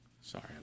Sorry